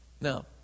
Now